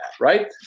right